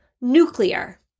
nuclear